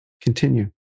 continue